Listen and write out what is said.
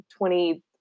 20